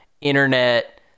internet